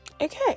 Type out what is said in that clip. Okay